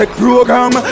program